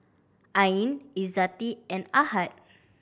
Ain Izzati and Ahad